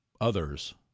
others